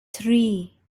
three